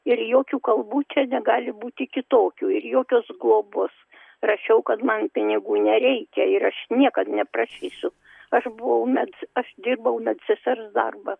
ir jokių kalbų čia negali būti kitokių ir jokios globos rašiau kad man pinigų nereikia ir aš niekad neprašysiu aš buvau med aš dirbau med sesers darbą